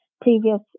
previous